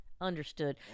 Understood